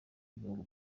b’ibihugu